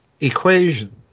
equation